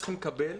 צריכים לקבל.